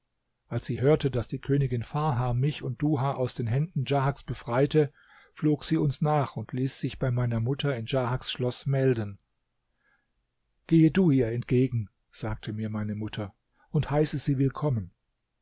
als sie hörte daß die königin farha mich und duha aus den händen djahaks befreite flog sie uns nach und ließ sich bei meiner mutter in djahaks schloß melden gehe du ihr entgegen sagte mir meine mutter und heiße sie willkommen